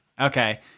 Okay